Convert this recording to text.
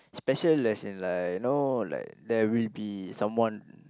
special as in like you know like there will be someone